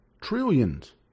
trillions